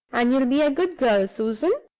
and you'll be a good girl, susan,